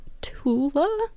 Tula